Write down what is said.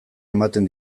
ematen